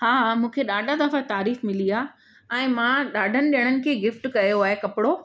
हा मूंखे ॾाढा दफ़ा तारीफ़ मिली आहे ऐं मां ॾाढनि ॼणनि खे गिफ्ट कयो आहे कपिड़ो